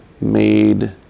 made